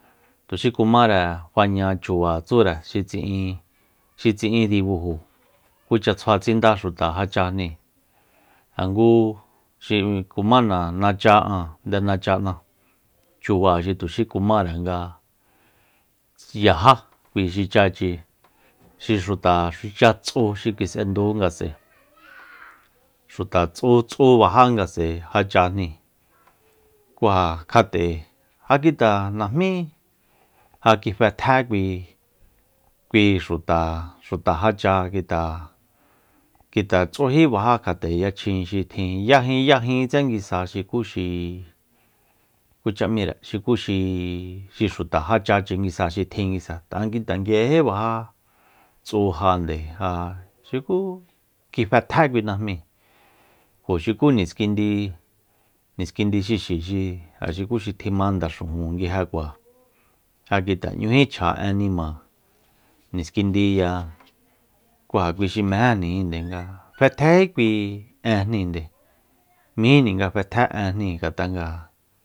Tuxi kumare faña chuba tsúre xi tsi'in xi tsi'in dibujo kucha tsjua tsinda xuta ja chajni ja ngu xi kumana nacha'an nde nacha'na chuba xi tuxí kumare yajá kui xichachi xi xuta ja xichá tsu xi ki'sendu ngatu'sae xuta tsú-tsú bajá ngatu'sae ja chajni ku ja kjat'e ja kite najmí ja kjifetjé kui- kui xuta- xuta ja cha nguite- nguite tsújí baja kjat'e yachjin xi tin yajin- yajin tse nguisa ja xukúxi kucha m'íre xukuxi xi- xi xuta jáchachi nguisa xi tjin guisa tanga ja nguite nguijejí bajá tsu ja nde ja xukú kjifetjé kui najmíi kjo xuku niskindi- niskindi xixi xi ja xuku xi tjima ndaxujun nguije kua ja nguite n'ñújí chja én nima niskindíya ku ja kui xi mejéjni ndenga fetjéjí énjninde mejíjni nga fetjé énjni ngat'a nga